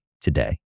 today